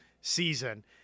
season